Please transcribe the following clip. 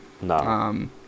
No